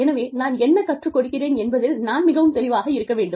எனவே நான் என்ன கற்றுக் கொடுக்கிறேன் என்பதில் நான் மிகவும் தெளிவாக இருக்க வேண்டும்